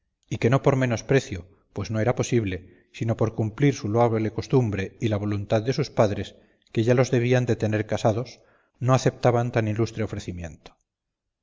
y que no por menosprecio pues no era posible sino por cumplir su loable costumbre y la voluntad de sus padres que ya los debían de tener casados no aceptaban tan ilustre ofrecimiento